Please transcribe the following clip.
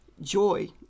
joy